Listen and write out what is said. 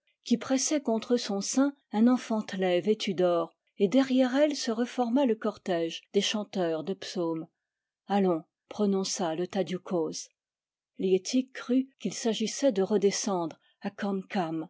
qui pressait contre son sein un enfantelet vêtu d'or et derrière elle se reforma le cortège des chanteurs de psaumes allons prononça le tadiou coz liettik crut qu'il s'agissait de redescendre à